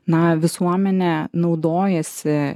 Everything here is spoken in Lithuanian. na visuomenė naudojasi